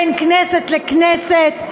בין כנסת לכנסת,